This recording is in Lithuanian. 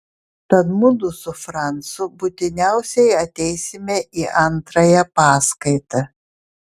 tad mudu su francu būtiniausiai ateisime į antrąją paskaitą